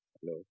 Hello